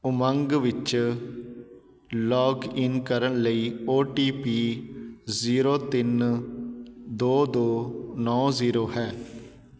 ਉਮੰਗ ਵਿੱਚ ਲੋਗਇਨ ਕਰਨ ਲਈ ਓ ਟੀ ਪੀ ਜ਼ੀਰੋ ਤਿੰਨ ਦੋ ਦੋ ਨੌ ਜ਼ੀਰੋ ਹੈ